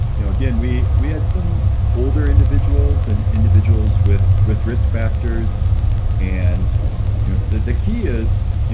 you know again, we we had some older individuals and individuals with with risk factors and you know the the key is,